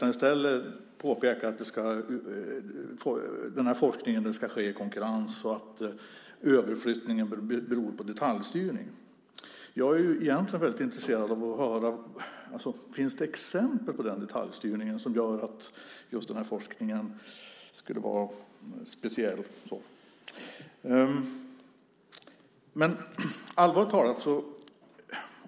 I stället påpekar han att den här forskningen ska ske i konkurrens och att överflyttningen beror på detaljstyrning. Jag är egentligen intresserad av att höra om det finns exempel på detaljstyrning som gör att just den här forskningen skulle vara speciell?